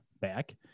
back